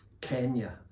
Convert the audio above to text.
Kenya